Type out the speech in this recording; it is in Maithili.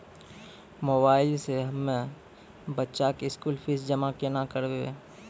मोबाइल से हम्मय बच्चा के स्कूल फीस जमा केना करबै?